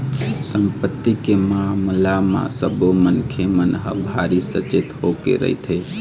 संपत्ति के मामला म सब्बो मनखे मन ह भारी सचेत होके रहिथे